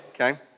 okay